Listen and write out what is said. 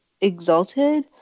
exalted